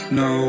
no